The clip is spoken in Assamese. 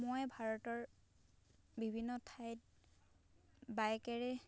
মই ভাৰতৰ বিভিন্ন ঠাইত বাইকেৰে